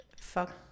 fuck